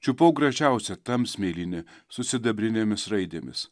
čiupau gražiausią tamsmėlynį su sidabrinėmis raidėmis